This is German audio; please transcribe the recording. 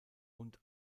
und